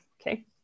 Okay